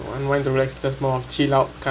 want to rest just long chill out kind